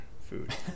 food